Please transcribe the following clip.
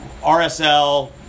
RSL